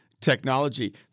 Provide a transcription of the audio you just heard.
technology